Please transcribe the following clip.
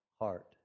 heart